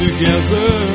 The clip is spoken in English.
Together